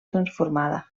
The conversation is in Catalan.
transformada